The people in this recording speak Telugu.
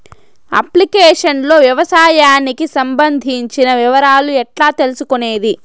అప్లికేషన్ లో వ్యవసాయానికి సంబంధించిన వివరాలు ఎట్లా తెలుసుకొనేది?